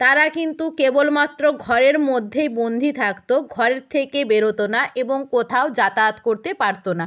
তারা কিন্তু কেবল মাত্র ঘরের মধ্যেই বন্দি থাকতো ঘরের থেকে বেরোতো না এবং কোথাও যাতায়াত করতে পারতো না